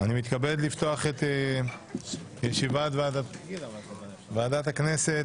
אני מתכבד לפתוח את ישיבת ועדת הכנסת.